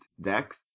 decks